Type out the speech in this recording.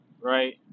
right